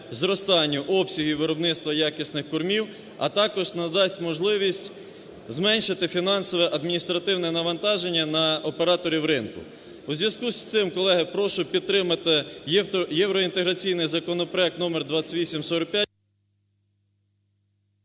зростанню обсягів виробництва якісних кормів, а також надасть можливість зменшити фінансове адміністративне навантаження на операторів ринку. У зв'язку з цим, колеги, прошу підтримати євроінтеграційний законопроект номер 2845…